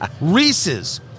Reese's